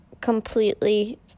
completely